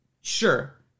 sure